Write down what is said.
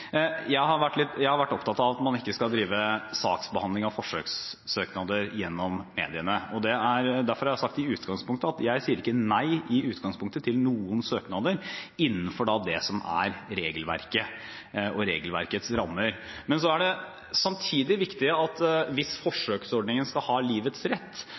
Jeg har vært opptatt av at man ikke skal drive saksbehandling av forsøkssøknader gjennom mediene, og derfor har jeg sagt at jeg i utgangspunktet ikke sier nei til noen søknader innenfor det som er regelverket og regelverkets rammer. Men samtidig er det viktig at hvis forsøksordningen skal ha livets rett,